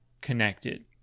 connected